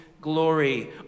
glory